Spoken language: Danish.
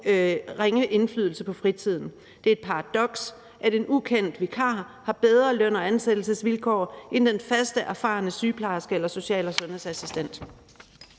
ringe indflydelse på fritiden. Det er et paradoks, at en ukendt vikar har bedre løn- og ansættelsesvilkår end den fastansatte, erfarne sygeplejerske eller social- og sundhedsassistent.